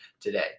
today